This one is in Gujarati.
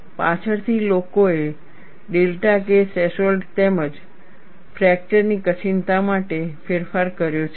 પાછળથી લોકોએ ડેલ્ટા K થ્રેશોલ્ડ તેમજ ફ્રેકચર ની કઠિનતા માટે ફેરફાર કર્યો છે